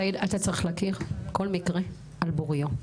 סאיד אתה צריך להכיר כל מקרה על בוריו.